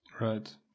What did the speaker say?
right